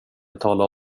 betala